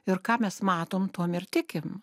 ir ką mes matom tuom ir tikim